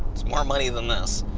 it's more money than this.